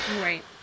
Right